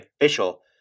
official